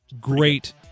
great